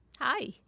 Hi